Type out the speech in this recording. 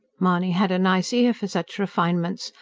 mahony had a nice ear for such refinements,